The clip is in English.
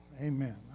Amen